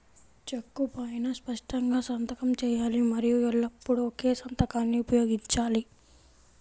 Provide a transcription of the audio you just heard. చెక్కు పైనా స్పష్టంగా సంతకం చేయాలి మరియు ఎల్లప్పుడూ ఒకే సంతకాన్ని ఉపయోగించాలి